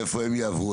ואיפה הם יעברו?